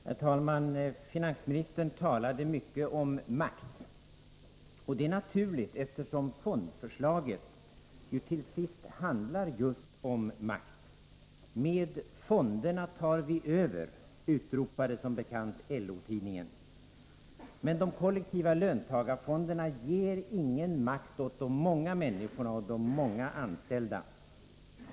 Herr talman! Finansministern talade mycket om makt. Det är naturligt eftersom fondförslaget ju till sist handlar om just makt. ”Med fonderna tar vi över”, utropade som bekant LO-tidningen. Men de kollektiva löntagarfonderna ger ingen makt åt de många människorna och de många anställda.